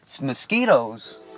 mosquitoes